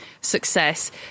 success